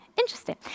Interesting